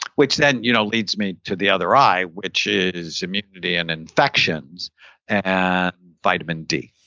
which then you know leads me to the other i, which is immunity and infections and vitamin d.